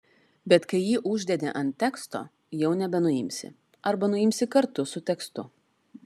bet kai jį uždedi ant teksto jau nebenuimsi arba nuimsi kartu su tekstu